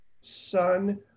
Son